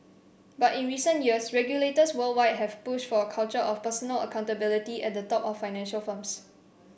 but in recent years regulators worldwide have pushed for a culture of personal accountability at the top of financial firms